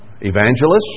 evangelists